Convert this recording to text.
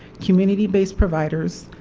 community-based providers,